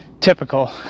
typical